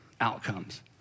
outcomes